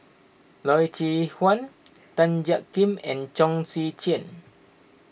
Loy Chye Chuan Tan Jiak Kim and Chong Tze Chien